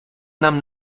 нам